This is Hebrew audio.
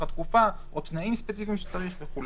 התקופה או תנאים ספציפיים שצריך וכו'.